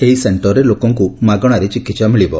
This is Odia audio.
ଏହି ସେଣ୍ଟରରେ ଲୋକଙ୍କୁ ମାଗଣାରେ ଚିକିହା ମିଳିବ